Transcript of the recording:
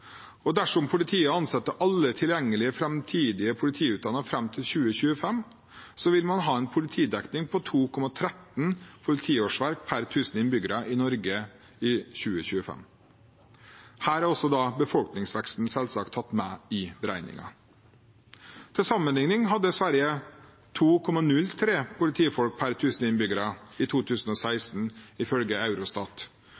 Dersom politiet ansetter alle tilgjengelige framtidig politiutdannede fram til 2025, vil man ha en politidekning på 2,13 politiårsverk per tusen innbyggere i Norge i 2025. Befolkningsveksten er selvsagt tatt med i beregningen. Til sammenligning hadde Sverige 2,03 politifolk per tusen innbyggere i